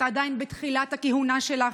את עדיין בתחילת הכהונה שלך.